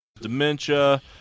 Dementia